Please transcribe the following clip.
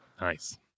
Nice